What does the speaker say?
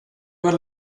were